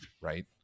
right